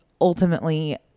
ultimately